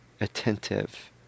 attentive